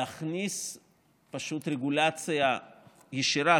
להכניס פשוט רגולציה ישירה,